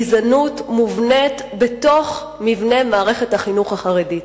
של גזענות מובנית בתוך מבנה מערכת החינוך החרדית.